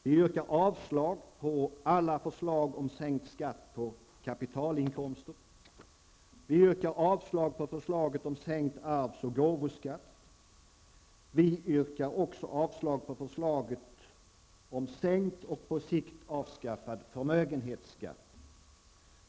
Vi yrkar avslag på förslaget om sänkt arvs och gåvoskatt. Vi yrkar avslag på alla förslag om sänkt skatt på kapitalinkomster. Vi yrkar också avslag på förslaget om sänkt -- och på sikt avskaffad -- förmögenhetsskatt.